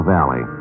Valley